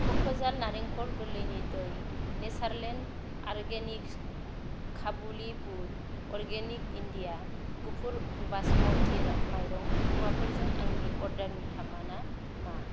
कक'जाल नारेंखल गोरलैनि दै नेचारलेण्ड अर्गेनिक्स काबुलि बुद अर्गेनिक इन्डिया गुफुर बास्मति माइरं मुवाफोरजों आंनि अर्डारनि थामाना मा